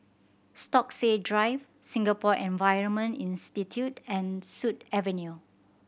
Stokesay Drive Singapore Environment Institute and Sut Avenue